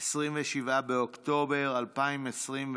27 באוקטובר 2021,